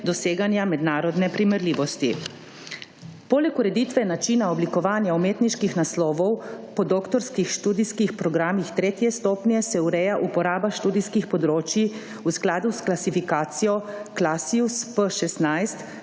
doseganja mednarodne primerljivosti. Poleg ureditve načina oblikovanja umetniških naslovov po doktorskih študijskih programih tretje stopnje se ureja uporaba študijskih področij v skladu s klasifikacijo Klasius P-16,